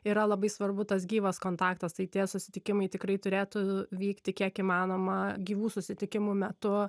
yra labai svarbu tas gyvas kontaktas tai tie susitikimai tikrai turėtų vykti kiek įmanoma gyvų susitikimų metu